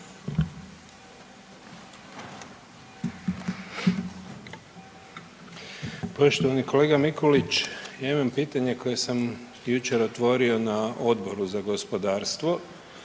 Poštovani kolega Mikulić, ja imam pitanje koje sam jučer otvorio na Odboru za gospodarstvo